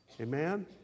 Amen